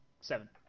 Seven